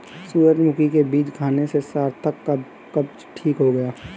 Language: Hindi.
सूरजमुखी के बीज खाने से सार्थक का कब्ज ठीक हो गया